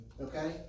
okay